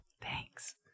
Thanks